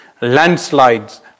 landslides